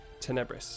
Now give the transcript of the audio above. Tenebris